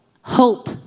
hope